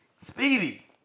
Speedy